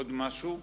עוד משהו?